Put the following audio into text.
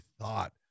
thought